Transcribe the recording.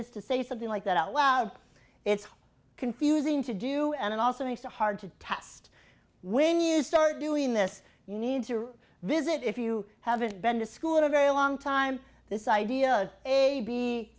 is to say something like that out loud it's confusing to do and it also makes it hard to test when you start doing this you need to visit if you haven't been to school a very long time this idea of a